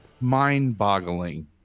mind-boggling